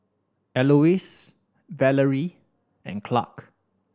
Elois Valery and Clark